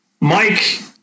Mike